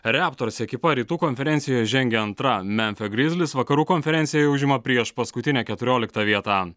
reptors ekipa rytų konferencijoje žengia antra memfio grizlis vakarų konferencijoje užima priešpaskutinę keturioliktą vietą